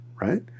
right